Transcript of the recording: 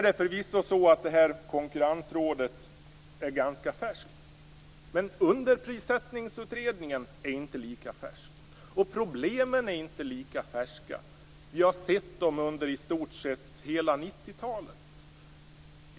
Konkurrensrådet är förvisso ganska färskt. Men Underprissättningsutredningen är inte lika färsk, och problemen är inte lika färska. Vi har sett dem under i stort sett hela 90-talet.